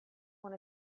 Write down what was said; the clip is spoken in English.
one